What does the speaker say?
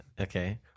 Okay